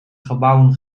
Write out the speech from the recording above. gebouwen